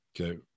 Okay